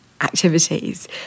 activities